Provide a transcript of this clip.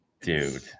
dude